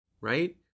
Right